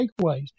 takeaways